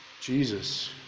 Jesus